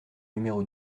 numéro